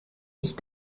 sich